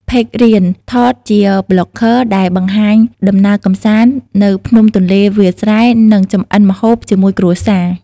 ផេករៀន ថត ជាប្លុកហ្គើដែលបង្ហាញដំណើរកម្សាន្តនៅភ្នំទន្លេវាលស្រែ និងចម្អិនម្ហូបជាមួយគ្រួសារ។